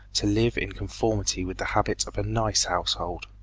to live in conformity with the habits of a nice household.